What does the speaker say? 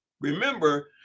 Remember